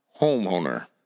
homeowner